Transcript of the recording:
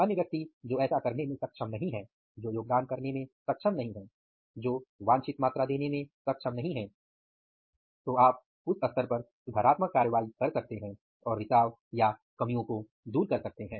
अन्य व्यक्ति जो ऐसा करने में सक्षम नहीं है जो योगदान करने में सक्षम नहीं है जो वांछित मात्रा में देने में सक्षम नहीं है तो आप उस स्तर पर सुधारात्मक कार्रवाई कर सकते हैं और रिसाव या कमियों को दूर कर सकते हैं